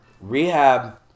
Rehab